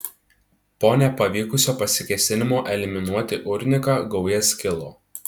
po nepavykusio pasikėsinimo eliminuoti urniką gauja skilo